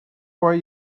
why